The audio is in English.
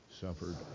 suffered